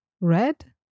Red